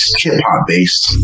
hip-hop-based